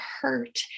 hurt